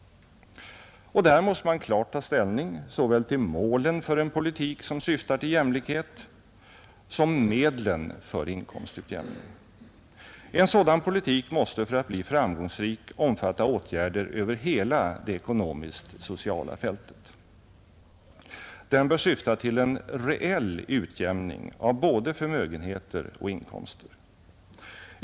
Och där måste man klart ta ställning såväl till målen för en politik som syftar till jämlikhet som till medlen för inkomstutjämning. En sådan politik måste för att bli framgångsrik omfatta åtgärder över hela det ekonomiskt-sociala fältet. Den bör syfta till en reell utjämning av både förmögenheter och inkomster.